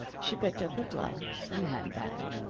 she picked up her gloves and hand bag,